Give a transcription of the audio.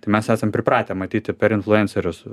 tai mes esam pripratę matyti per influencerius